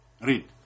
Read